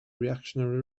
reactionary